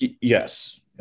Yes